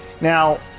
Now